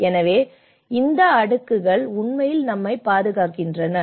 எனவே இந்த அடுக்குகள் உண்மையில் நம்மைப் பாதுகாக்கின்றன